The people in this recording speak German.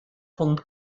punkt